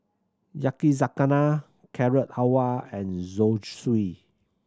Yakizakana Carrot Halwa and Zosui